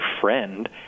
friend